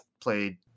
played